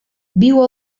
viu